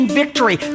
victory